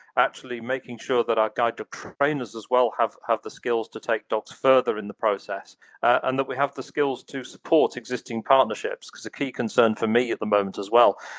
actually making sure that our guide dog trainers, as well, have have the skills to take dogs further in the process and that we have the skills to support existing partnerships because a key concern for me, at the moment, as well,